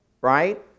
right